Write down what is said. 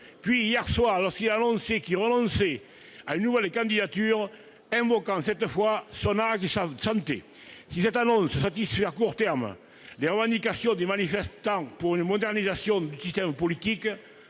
puis, hier soir, lorsqu'il a annoncé renoncer à une nouvelle candidature, invoquant cette fois son âge et sa santé. Si cette annonce satisfait à court terme les revendications des manifestants pour une modernisation du système politique,